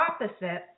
opposite